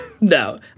No